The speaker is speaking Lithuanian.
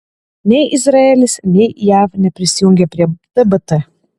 nei izraelis nei jav neprisijungė prie tbt